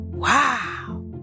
Wow